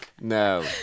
No